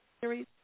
series